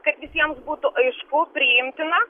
kad visiems būtų aišku priimtina